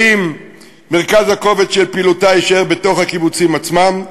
האם מרכז הכובד של פעילותה יישאר בתוך הקיבוצים עצמם?